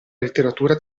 letteratura